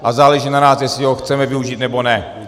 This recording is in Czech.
A záleží na nás, jestli ho chceme využít, nebo ne.